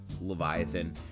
Leviathan